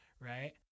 right